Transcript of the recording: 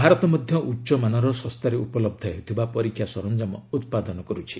ଭାରତ ମଧ୍ୟ ଉଚ୍ଚମାନର ଶସ୍ତାରେ ଉପଲବ୍ଧ ହେଉଥିବା ପରୀକ୍ଷା ସରଞ୍ଜାମ ଉତ୍ପାଦନ କରୁଛି